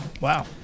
Wow